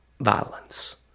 violence